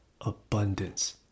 abundance